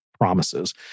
Promises